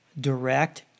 direct